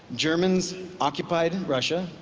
germans occupied russia.